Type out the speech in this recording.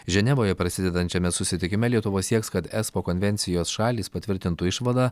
ženevoje prasidedančiame susitikime lietuva sieks kad es po konvencijos šalys patvirtintų išvadą